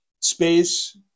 space